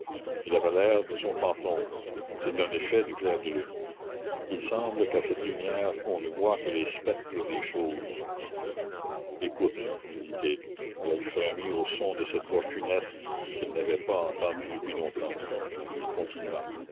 il avait l'air de son fantôme c'est un effet du clair de lune il semble qu'à cette lumière on ne voie que les spectres des choses écoute lui dit-il et elle frémit au son de cette voix funeste qu'elle n'avait pas entendue depuis longtemps il continua